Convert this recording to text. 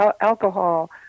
alcohol